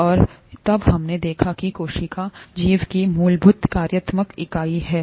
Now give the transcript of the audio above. और तब हमने देखा कि कोशिका जीवन की मूलभूत कार्यात्मक इकाई है